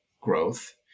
growth